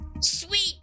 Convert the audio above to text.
Sweet